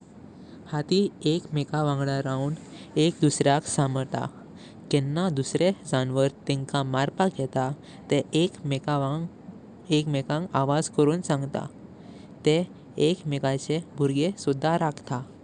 हत्ती एक मेका वांगडा राऊन एक दुसर्याक समरता। केंणा दुसरे जनावर तिंका मारपाक येता तेह एक मेकांक आवाज करून कांगटा। तेह एकमेकाचे बाळग्यां सुदा राखता।